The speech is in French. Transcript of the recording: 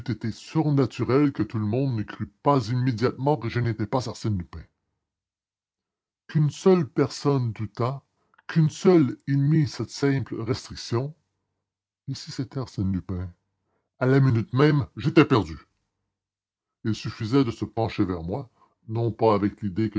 été surnaturel que tout le monde ne crût pas immédiatement que je n'étais pas arsène lupin qu'une seule personne doutât qu'une seule émît cette simple restriction et si c'était arsène lupin à la minute même j'étais perdu il suffisait de se pencher vers moi non pas avec l'idée